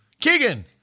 Keegan